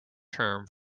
term